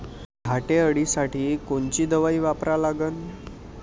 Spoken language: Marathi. घाटे अळी साठी कोनची दवाई वापरा लागन?